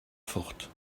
forte